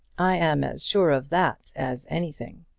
i am as sure of that as anything.